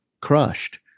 crushed